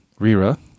Rira